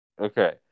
Okay